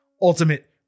Ultimate